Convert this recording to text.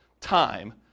time